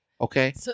Okay